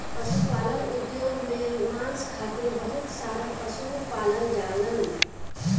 पशुपालन उद्योग में मांस खातिर बहुत सारा पशु पालल जालन